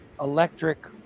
electric